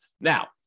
Now